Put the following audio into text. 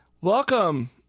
Welcome